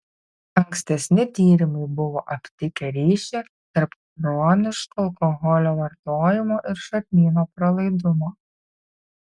ankstesni tyrimai buvo aptikę ryšį tarp chroniško alkoholio vartojimo ir žarnyno pralaidumo